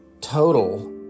total